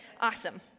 Awesome